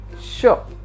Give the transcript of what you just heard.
Sure